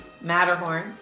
Matterhorn